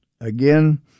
again